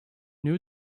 knew